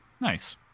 nice